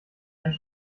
einen